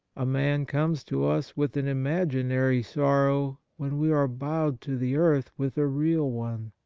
a man comes to us with an imaginary sorrow when we are bowed to the earth with a real one.